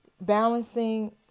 Balancing